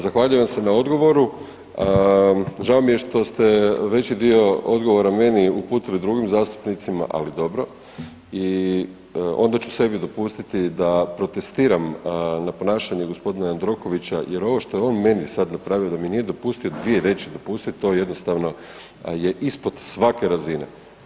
Zahvaljujem se na odgovoru, žao mi je što ste veći dio odgovora meni uputili drugim zastupnicima ali dobro i onda ću sebi dopustiti da protestiram na ponašanje g. Jandrokovića jer ovo što je on meni sad napravio, da mi nije dopustio dvije riječi dopustit, to jednostavno je ispod svake razine.